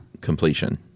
completion